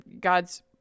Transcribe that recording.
God's